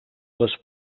les